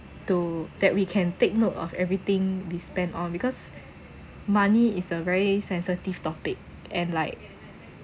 to that we can take note of everything we spend on because money is a very sensitive topic and like